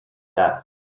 death